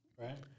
Right